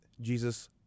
Jesus